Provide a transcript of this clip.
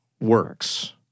works